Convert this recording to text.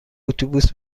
اتوبوس